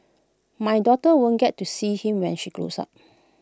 my daughter won't get to see him when she grows up